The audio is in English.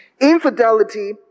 Infidelity